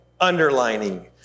Underlining